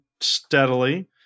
steadily